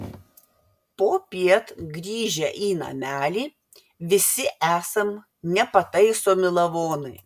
popiet grįžę į namelį visi esam nepataisomi lavonai